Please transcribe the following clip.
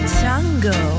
tango